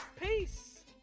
Peace